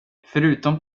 förutom